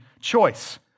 choice